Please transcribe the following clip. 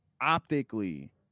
optically